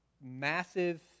massive